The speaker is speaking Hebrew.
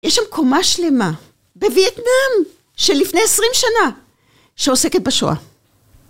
יש שם קומה שלמה, בווייטנאם, שלפני 20 שנה, שעוסקת בשואה.